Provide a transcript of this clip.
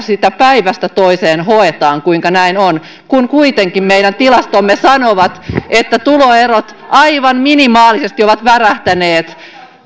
päivästä toiseen hoetaan kuinka näin on kun kuitenkin meidän tilastomme sanovat että tuloerot aivan minimaalisesti ovat värähtäneet